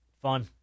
fun